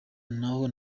naho